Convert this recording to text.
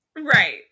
right